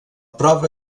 prova